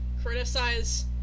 criticize